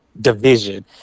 division